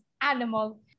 animal